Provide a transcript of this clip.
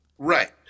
Right